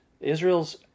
israel's